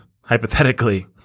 hypothetically